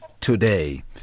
today